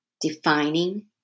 defining